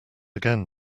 again